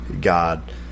God